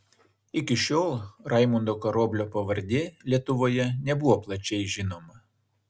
iki šiol raimundo karoblio pavardė lietuvoje nebuvo plačiai žinoma